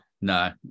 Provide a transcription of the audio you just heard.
No